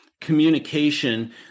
communication